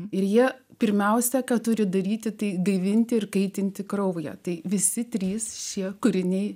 ir jie pirmiausia ką turi daryti tai gaivinti ir kaitinti kraują tai visi trys šie kūriniai